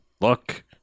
look